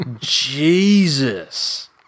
Jesus